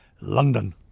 London